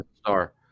star